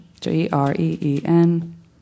G-R-E-E-N